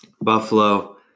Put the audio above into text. Buffalo